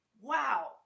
Wow